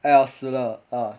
ah 死了 ah